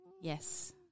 yes